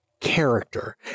character